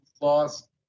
lost